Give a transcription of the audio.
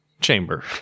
chamber